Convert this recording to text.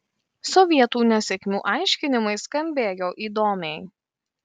sovietų nesėkmių aiškinimai skambėjo įdomiai